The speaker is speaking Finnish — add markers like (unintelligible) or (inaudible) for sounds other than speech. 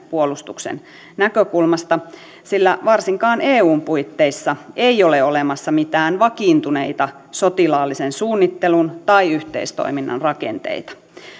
(unintelligible) puolustuksen näkökulmasta sillä varsinkaan eun puitteissa ei ole olemassa mitään vakiintuneita sotilaallisen suunnittelun tai yhteistoiminnan rakenteita